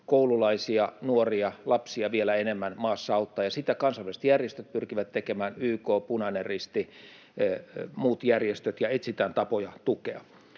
koululaisia, nuoria, lapsia vielä enemmän maassa auttaa, ja sitä kansainväliset järjestöt pyrkivät tekemään, YK, Punainen Risti, muut järjestöt, ja etsitään tapoja tukea.